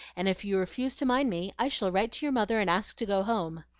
and if you refuse to mind me, i shall write to your mother and ask to go home.